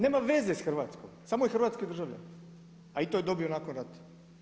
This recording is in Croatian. Nema veze sa Hrvatskom, samo je hrvatski državljanin, a i to je dobio nakon rata.